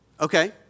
Okay